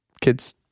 kids